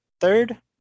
third